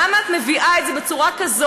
למה את מביאה את זה בצורה כזאת?